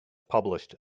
published